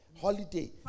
holiday